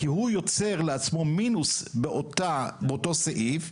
כי הוא יוצר לעצמו מינוס באותו סעיף,